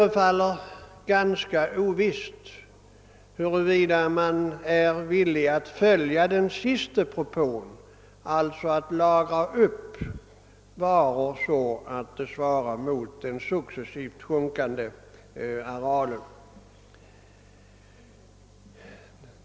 Det förefaller ganska ovisst huruvida man är villig att följa upp det sistnämnda förslaget, d.v.s. att lagra upp varor motsvarande den successivt minskande arealen.